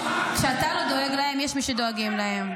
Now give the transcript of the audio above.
כשאתה לא דואג להם, יש מי שדואגים להם.